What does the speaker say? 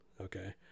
okay